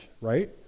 right